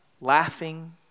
laughing